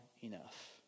enough